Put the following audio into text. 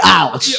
out